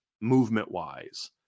movement-wise